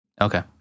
Okay